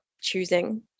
choosing